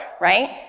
right